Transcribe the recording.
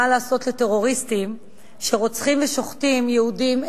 מה לעשות לטרוריסטים שרוצחים ושוחטים יהודים,